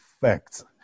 facts